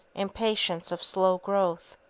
impatience of slow growth.